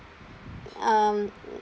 um